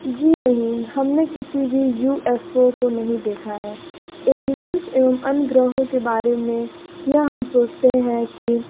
जी नहीं हम ने किसी भी यू एफ़ ओ को नहीं देखा है एलियंस एवं अन्य ग्रहों के बारे में यह हम सोचते हैं कि